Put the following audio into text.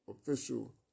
official